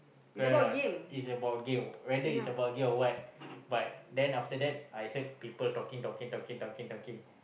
correct or not it's about game whether it's about game or what but then after that I heard people talking talking talking talking talking talking